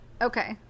Okay